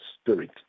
spirit